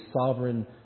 sovereign